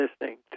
listening